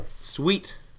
Sweet